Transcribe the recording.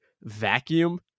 vacuum